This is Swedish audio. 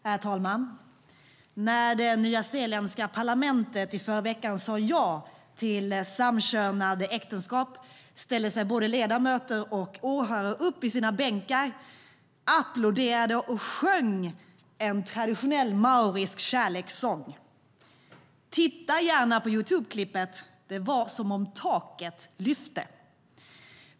Herr talman! När det nyzeeländska parlamentet i förra veckan sade ja till samkönade äktenskap ställde sig både ledamöter och åhörare upp i sina bänkar, applåderade och sjöng en traditionell maorisk kärlekssång. Titta gärna på Youtubeklippet! Det var som om taket lyfte.